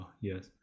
yes